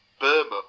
Burma